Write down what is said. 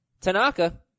Tanaka